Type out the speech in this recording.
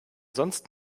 sonst